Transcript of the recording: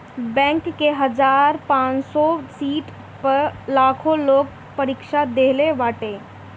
bank के हजार पांच सौ सीट पअ लाखो लोग परीक्षा देहले बाटे